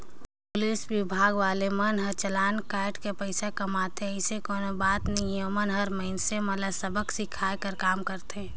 police विभाग वाले मन हर चलान कायट कर पइसा कमाथे अइसन कोनो बात नइ हे ओमन हर मइनसे मन ल सबक सीखये कर काम करथे